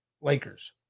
Lakers